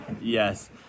Yes